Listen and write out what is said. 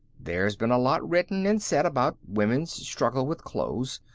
there's been a lot written and said about women's struggle with clothes.